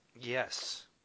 Yes